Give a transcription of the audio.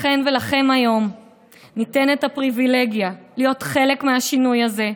לכן ולכם היום ניתנת הפריבילגיה להיות חלק מהשינוי הזה,